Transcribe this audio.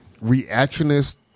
reactionist